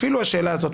אפילו השאלה הזאת,